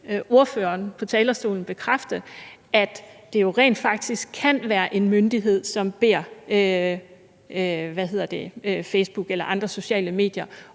fra talerstolen, at det jo rent faktisk kan være en myndighed, som beder Facebook eller andre sociale medier